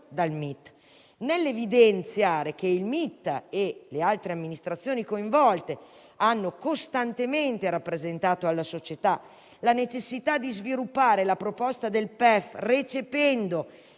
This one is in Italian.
Nell'evidenziare che il MIT e le altre amministrazioni coinvolte hanno costantemente rappresentato alla società la necessità di sviluppare la proposta del PEF recependo